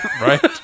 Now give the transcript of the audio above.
Right